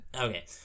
okay